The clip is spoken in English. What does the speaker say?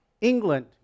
England